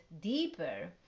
deeper